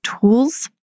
tools